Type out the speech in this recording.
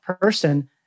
person